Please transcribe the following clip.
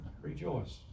Rejoice